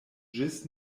ĝis